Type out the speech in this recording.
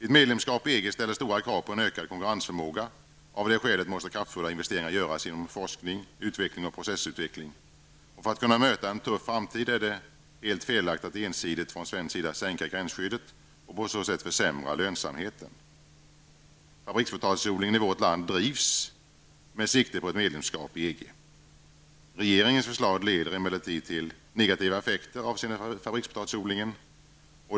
Ett medlemskap i EG ställer stora krav på en ökad konkurrensförmåga. Av det skälet måste kraftfulla investeringar göras inom forskning, utveckling och processutveckling. För att kunna möta en tuff framtid är det helt felaktigt att ensidigt från svensk sida sänka gränsskyddet och på så sätt försämra lönsamheten. Fabrikspotatisodlingen i vårt land drivs med sikte på ett medlemskap i EG. Regeringens förslag leder emellertid till negativa effekter avseende fabrikspotatisodlingen.